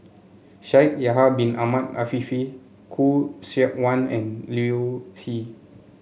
Shaikh Yahya Bin Ahmed Afifi Khoo Seok Wan and Liu Si